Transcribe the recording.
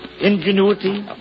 ingenuity